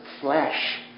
flesh